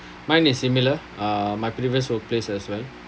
mine is similar uh my previous workplace as well